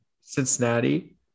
Cincinnati